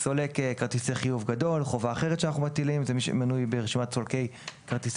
"סולק כרטיסי חיוב גדול" מי שמנוי ברשימת סולקי כרטיסי